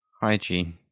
hygiene